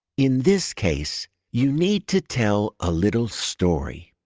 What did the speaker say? in this case, you need to tell a little story.